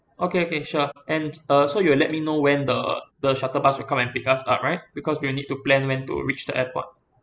okay okay sure and uh so you'll let me know when the the shuttle bus will come and pick us up right because we'll need to plan when to reach the airport